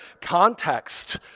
context